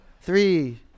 three